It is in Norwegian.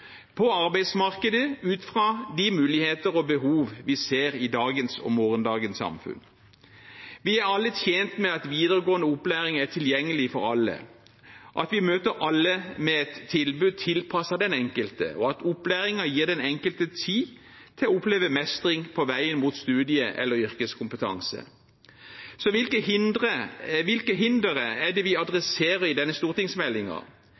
på arbeidsmarkedet ut fra de muligheter og behov vi ser i dagens og morgendagens samfunn. Vi er alle tjent med at videregående opplæring er tilgjengelig for alle, at vi møter alle med et tilbud tilpasset den enkelte, og at opplæringen gir den enkelte tid til å oppleve mestring på veien mot studie- eller yrkeskompetanse. Så hvilke hindre er det som adresseres i denne stortingsmeldingen? Hvilke hindre er det vi